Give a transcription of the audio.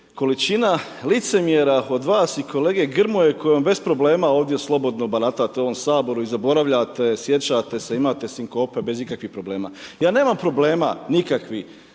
količina licemjera od vas i kolege Grmoje kojom bez problema ovdje slobodno baratate u ovom Saboru i zaboravljate, sjećate se, imate sinkope bez ikakvih problema. Ja nemam problema nikakvih,